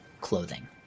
clothing